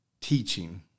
teaching